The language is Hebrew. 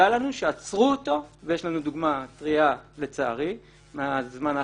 לנו שעצרו אותו ויש לנו דוגמה טרייה מהצד האחרון.